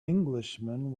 englishman